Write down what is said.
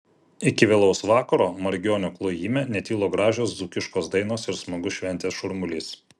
iki vėlaus vakaro margionių klojime netilo gražios dzūkiškos dainos ir smagus šventės šurmulys